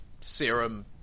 serum